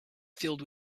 filled